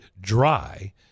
dry